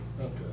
Okay